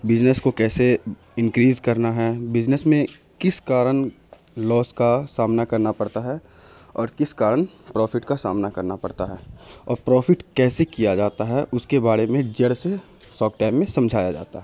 business کو کیسے increase کرنا ہیں بزنس میں کس کارن لاس کا سامنا کرنا پڑتا ہے اور کس کارن پرافٹ کا سامنا کرنا پڑتا ہے اور پرافٹ کیسے کیا جاتا ہے اس کے بارے میں جڑ سے ساک ٹائم میں سمجھایا جاتا ہے